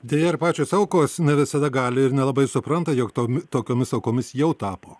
deja ir pačios aukos ne visada gali ir nelabai supranta jog tomis tokiomis aukomis jau tapo